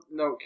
no